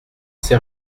sais